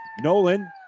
Nolan